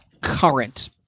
current